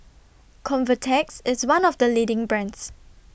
Convatec's IS one of The leading brands